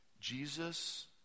Jesus